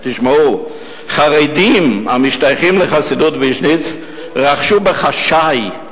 תשמעו: חרדים המשתייכים לחסידות ויז'ניץ רכשו בחשאי,